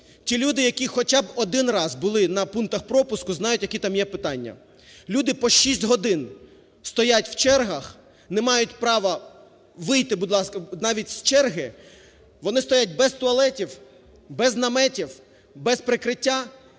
Ті люди, які хоча б один раз були на пунктах пропуску, знають, які там є питання. Люди по шість годин стоять в чергах, не мають права вийти, будь ласка, навіть з черги. Вони стоять без туалетів, без наметів, без прикриття,